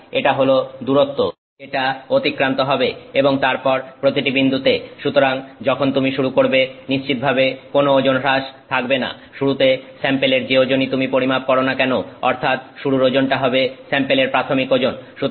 তাই এটা হল দূরত্ব যেটা অতিক্রান্ত হবে এবং তারপর প্রতিটি বিন্দুতে সুতরাং যখন তুমি শুরু করবে নিশ্চিতভাবে কোন ওজন হ্রাস থাকবে না শুরুতে স্যাম্পেলের যে ওজনই তুমি পরিমাপ করো না কেন অর্থাৎ শুরুর ওজনটা হবে স্যাম্পেলের প্রাথমিক ওজন